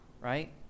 Right